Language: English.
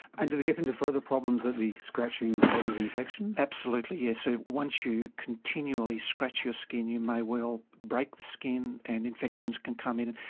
and do they get into further problems that the scratching causes infection? absolutely, yes. so once you continually scratch your skin you may well break the skin and infections can come in,